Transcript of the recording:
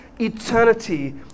eternity